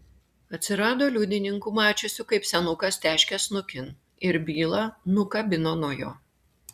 atsirado liudininkų mačiusių kaip senukas teškia snukin ir bylą nukabino nuo jo